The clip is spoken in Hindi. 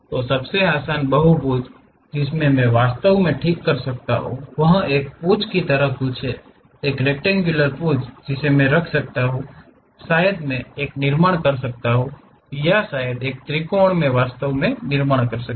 सबसे आसान बहुभुज जिसे मैं वास्तव में ठीक कर सकता हूं वह एक पूंछ की तरह कुछ है एक रेक्तेंगुलर पूंछ जिसे मैं रख सकता हूं शायद मैं एक निर्माण कर सकता हूं या शायद एक त्रिकोण मैं वास्तव में निर्माण कर सकता हूं